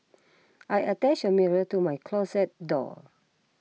I attached a mirror to my closet door